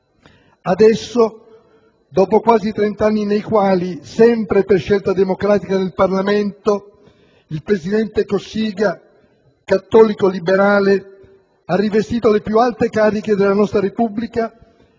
Adesso, dopo quasi trent'anni nei quali, sempre per scelta democratica del Parlamento, il presidente Cossiga, cattolico liberale, ha rivestito le più alte cariche della nostra Repubblica,